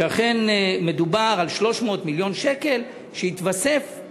שאכן מדובר ב-300 מיליון שקל שיתווספו